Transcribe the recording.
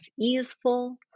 easeful